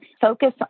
focus